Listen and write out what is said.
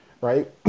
Right